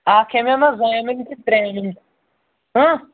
اکھ ایم ایما زٕ ایم ایم تہٕ ترٛے ایم ایم ہہ